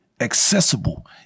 accessible